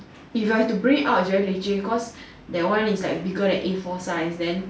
if I have to bring it out it's very leceh cause that one is like bigger than A four size then